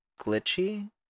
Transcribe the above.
glitchy